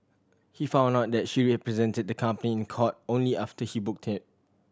he found out that she represented the company in court only after he booked